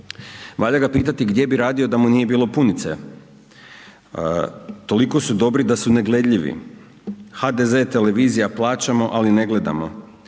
Valja ga pitati gdje bi radio da mu nije bilo punice? Toliko su dobri da su negledljivi. HDZ televizija. Plaćamo, ali ne gledamo.